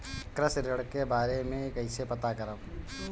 कृषि ऋण के बारे मे कइसे पता करब?